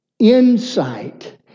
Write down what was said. Insight